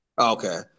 Okay